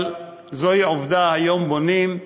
אבל זוהי עובדה, היום בונים,